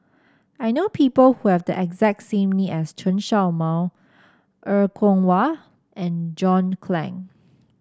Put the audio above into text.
I know people who have the exact same name as Chen Show Mao Er Kwong Wah and John Clang